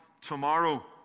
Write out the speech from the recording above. tomorrow